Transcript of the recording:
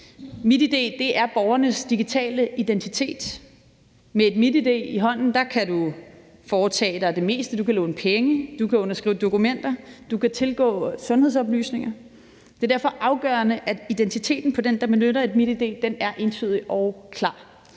MitID er borgernes digitale identitet. Med et MitID i hånden kan du foretage dig det meste. Du kan låne penge, du kan underskrive dokumenter, og du kan tilgå sundhedsoplysninger. Det er derfor afgørende, at identiteten på den, der benytter et MitID, er entydig og klar.